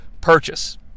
purchase